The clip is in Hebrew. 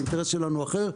האינטרס שלנו אחר.